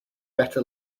better